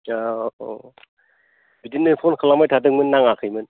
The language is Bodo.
औ बिदिनो फन खालामबाय थादोंमोन नाङाखैमोन